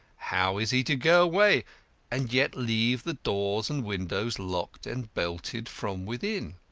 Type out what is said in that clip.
how is he to go away and yet leave the doors and windows locked and bolted from within?